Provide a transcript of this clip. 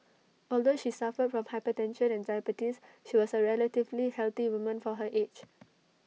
although she suffered from hypertension and diabetes she was A relatively healthy woman for her age